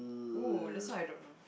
!woo! this one I don't know